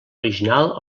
original